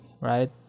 right